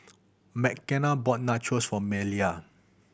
Mckenna bought Nachos for Maleah